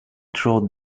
trod